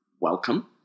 welcome